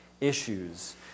issues